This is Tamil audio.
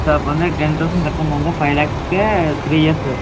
சார் அப்போ வந்து டென் தௌசண்ட் கட்டுற மாதிரி இருந்தால் ஃபைவ் லேக்ஸ்க்கு த்ரீ இயர்ஸ்ஸு